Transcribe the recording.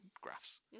graphs